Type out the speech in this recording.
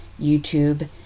YouTube